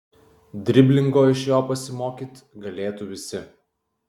driblingo iš jo pasimokyt galėtų visi